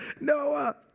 Noah